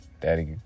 daddy